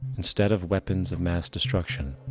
instead of weapons of mass destruction,